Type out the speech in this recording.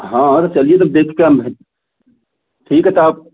हाँ हाँ तो चलिए तो देखते है हम ठीक है तो आप